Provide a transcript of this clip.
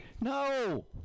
No